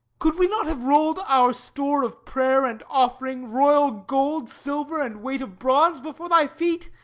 could we not have rolled our store of prayer and offering, royal gold silver and weight of bronze before thy feet,